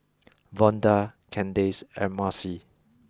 Vonda Candace and Marcy